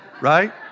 right